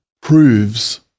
proves